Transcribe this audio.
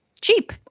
Cheap